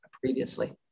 previously